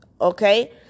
Okay